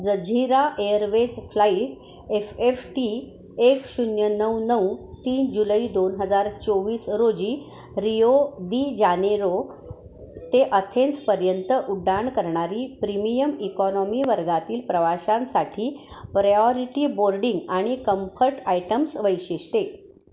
Jazeera Airways flight F F T एक शून्य नऊ नऊ तीन जुलै दोन हजार चोवीस रोजी रिओ दी जानेरो ते अथेन्सपर्यंत उड्डण करणारी प्रीमियम इकॉनॉमी वर्गातील प्रवाशांसाठी प्रयाॅरिटी बोर्डिंग आणि कम्फर्ट आयटम्स वैशिष्ट्ये